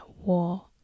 war